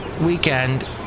weekend